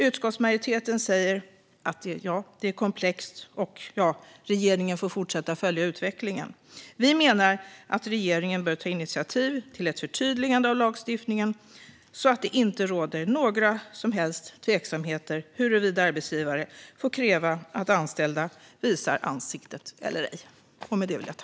Utskottsmajoriteten säger att det är komplext och att regeringen får fortsätta följa utvecklingen. Vi menar att regeringen bör ta initiativ till ett förtydligande av lagstiftningen så att det inte råder några som helst tveksamheter huruvida arbetsgivare får kräva att anställda visar ansiktet eller ej.